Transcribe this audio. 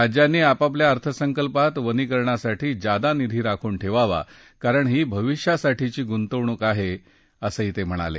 राज्यांनी आपापल्या अर्थसकल्पात वनीकरणासाठी जादा निधी राखून ठेवावा कारण ही भविष्यासाठीची गुंतवणूक आहे असं जावडेकर म्हणाले